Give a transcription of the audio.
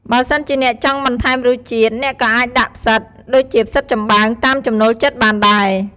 បើសិនជាអ្នកចង់បន្ថែមរសជាតិ អ្នកក៏អាចដាក់ផ្សិត ដូចជាផ្សិតចំបើង តាមចំណូលចិត្តបានដែរ។